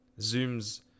Zoom's